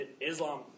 Islam